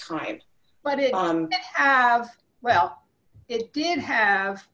time but it have well it did have